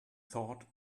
thought